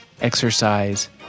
exercise